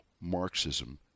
Marxism